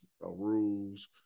rules